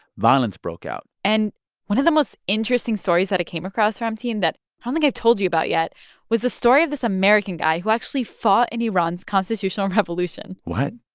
violence broke out and one of the most interesting stories that i came across, ramtin, that i don't think i've told you about yet was the story of this american guy who actually fought in iran's constitutional revolution what?